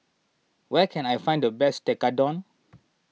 where can I find the best Tekkadon